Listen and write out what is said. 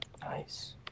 nice